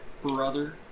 brother